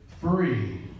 free